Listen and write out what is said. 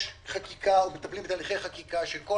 יש חקיקה ומטפלים בתהליכי חקיקה שכל